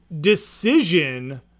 Decision